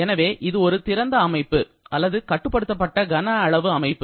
எனவே இது ஒரு திறந்த அமைப்பு அல்லது கட்டுப்படுத்தப்பட்ட கன அளவு அமைப்பு